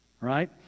right